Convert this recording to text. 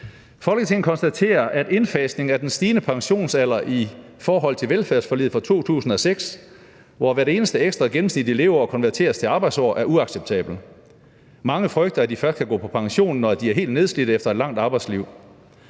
»Folketinget konstaterer, at indfasningen af den stigende pensionsalder i forhold til velfærdsforliget fra 2006 – hvor hvert eneste ekstra gennemsnitlige leveår konverteres til arbejdsår – er uacceptabel. Mange frygter, at de først kan gå på pension, når de er helt nedslidte efter et langt arbejdsliv.